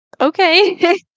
okay